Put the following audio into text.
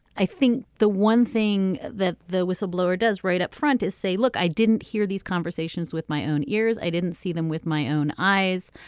i think the one thing that the whistleblower does right up front is say look i didn't hear these conversations with my own ears. i didn't see them with my own eyes.